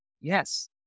Yes